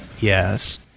Yes